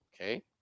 okay